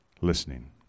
listening